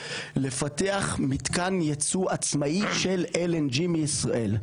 לפתח מתקן ייצוא עצמאי של LNG מישראל.